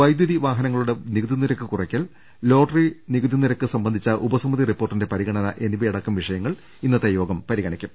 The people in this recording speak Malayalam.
വൈദ്യുതി വാഹനങ്ങളുടെ നികുതി നിരക്ക് കുറയ്ക്കൽ ലോട്ടറി നികുതി നിരക്ക് സംബന്ധിച്ച ഉപസമിതി റിപ്പോർട്ടിന്റെ പരിഗണന എന്നിവയടക്കം വിഷ യങ്ങൾ ഇന്നത്തെ യോഗം പരിഗണിക്കും